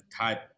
type